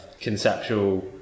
conceptual